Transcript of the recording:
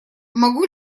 могу